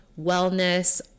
wellness